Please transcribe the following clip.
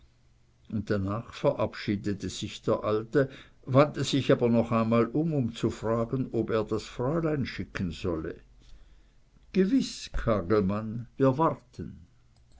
danach verabschiedete sich der alte wandte sich aber noch einmal um um zu fragen ob er das fräulein schicken solle gewiß kagelmann wir warten